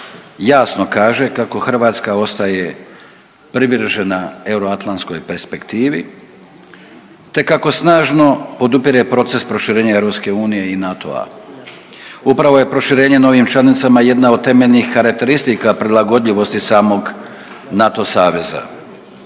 jasno kaže kako Hrvatska ostaje privržena euroatlantskoj perspektivi, te kako snažno podupire proces proširenja EU i NATO-a. Upravo je proširenje novim članicama jedna od temeljnih karakteristika prilagodljivosti samog NATO saveza.